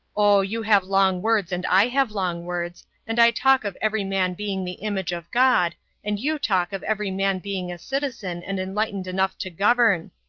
oh, you have long words and i have long words and i talk of every man being the image of god and you talk of every man being a citizen and enlightened enough to govern.